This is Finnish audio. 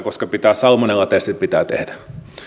koska salmonellatestit pitää tehdä